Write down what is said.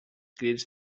crits